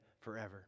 forever